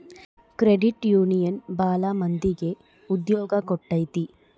credit union ಭಾಳ ಮಂದಿಗೆ ಉದ್ಯೋಗ ಕೊಟ್ಟೈತಿ